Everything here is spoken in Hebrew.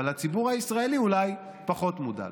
אבל הציבור הישראלי אולי פחות מודע לו.